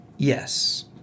Yes